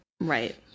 Right